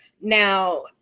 Now